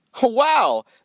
Wow